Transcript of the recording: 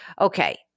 Okay